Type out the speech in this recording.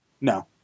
No